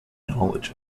knowledge